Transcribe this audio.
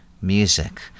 music